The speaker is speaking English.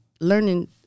learning